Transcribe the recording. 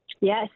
Yes